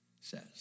says